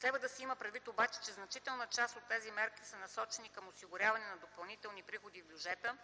Следва да се има предвид обаче, че значителна част от тези мерки, насочени към осигуряване на допълнителни приходи в бюджета,